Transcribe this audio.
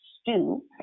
stew